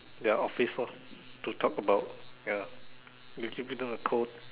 their office lor to talk about ya you keep it on the